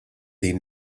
din